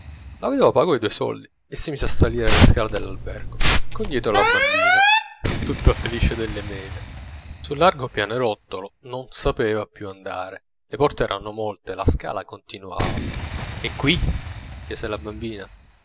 la vedova pagò i due soldi e si mise a salire la scala dell'albergo con dietro la bambina tutta felice delle mele sul largo pianerottolo non sapeva dove più andare le porte erano molte la scala continuava è qui chiese la bambina